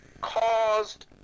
caused